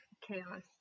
chaos